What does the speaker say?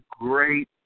great